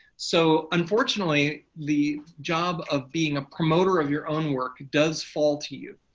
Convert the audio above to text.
so, unfortunately, the job of being a promoter of your own work does fall to you.